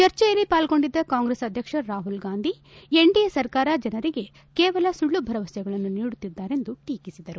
ಚರ್ಚೆಯಲ್ಲಿ ಪಾಲ್ಗೊಂಡಿದ್ದ ಕಾಂಗ್ರೆಸ್ ಅಧ್ಯಕ್ಷಚ ರಾಹುಲ್ ಗಾಂಧಿ ಎನ್ಡಿಎ ಸರ್ಕಾರ ಜನರಿಗೆ ಕೇವಲ ಸುಳ್ಳು ಭರವಸೆಗಳನ್ನು ನೀಡುತ್ತಿದ್ದಾರೆಂದು ಟೀಕಿಸಿದರು